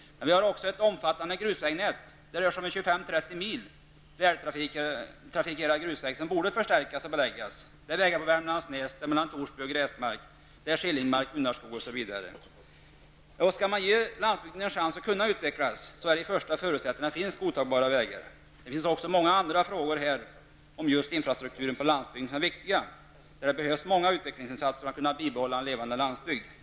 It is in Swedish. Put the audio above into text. Men vi har också ett omfattande grusvägsnät. Det rör sig om 25--30 mil trafikerad grusväg som borde förstärkas och beläggas. Det gäller bl.a. vägen vid Värmlandsnäs och vägen mellan Torsby och Gräsmark, vägen vid Om man skall ge landsbygden en chans att utvecklas är den första förutsättningen att det finns godtagbara vägar. Det finns också många andra frågor som rör infrastrukturen på landsbygden som är viktiga. Det behövs många utvecklingsinsatser för att man skall kunna bibehålla en levande landsbygd.